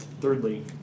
Thirdly